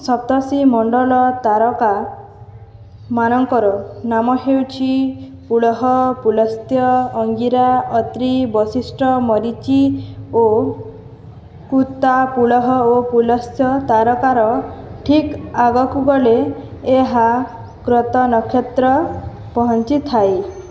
ସପ୍ତର୍ଶିୀ ମଣ୍ଡଳ ତାରକାମାନଙ୍କର ନାମ ହେଉଛି ପୁଳହ ପୁଲସ୍ତ୍ୟ ଅଙ୍ଗୀରା ଅତ୍ରି ବୈଶିଷ୍ଟ୍ୟ ମରିଚି ଓ କୁତା ପୁଳହ ଓ ପୁଲସ୍ତ୍ୟ ତାରକାର ଠିକ୍ ଆଗକୁ ଗଲେ ଏହା କ୍ରତ ନକ୍ଷତ୍ର ପହଞ୍ଚିଥାଏ